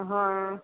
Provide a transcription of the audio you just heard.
হয় অঁ